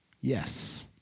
Yes